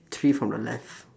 three from the left